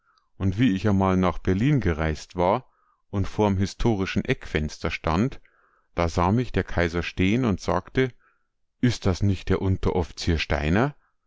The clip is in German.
und wie ich amal nach berlin gereist war und vorm historischen eckfenster stand da sah mich der kaiser stehen und sagte is das nich der unteroff'zier steiner